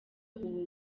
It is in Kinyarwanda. ubu